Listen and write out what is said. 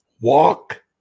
walk